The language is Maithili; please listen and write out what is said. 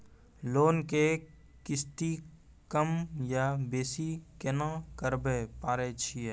लोन के किस्ती कम या बेसी केना करबै पारे छियै?